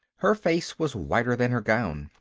her face was whiter than her gown.